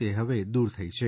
તે હવે દૂર થઈ છે